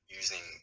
using